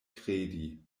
kredi